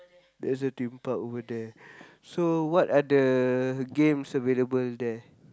there's a Theme Park over there so what are the games available there